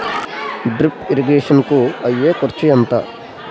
Drip irrigation కూ అయ్యే ఖర్చు ఎంత?